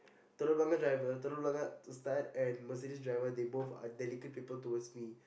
Telok-Blangah driver Telok-Blangah Ustad and Mercedes driver they both are delicate people towards me